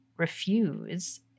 refuse